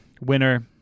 winner